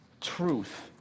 truth